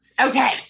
Okay